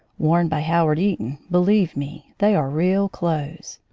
worn by howard eaton, believe me, they are real clothes.